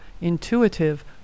Intuitive